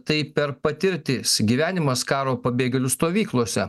tai per patirtis gyvenimas karo pabėgėlių stovyklose